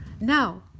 now